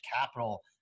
capital